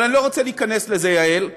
אבל אני לא רוצה להיכנס לזה, יעל.